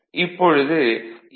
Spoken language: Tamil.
இப்பொழுது ஈ